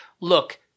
look